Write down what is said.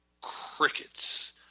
Crickets